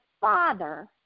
father